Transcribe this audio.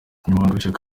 umunyamabanga